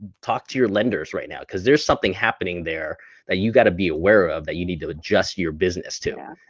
talk to your lenders right now because there's something happening there that you got to be aware of that you need to adjust your business to.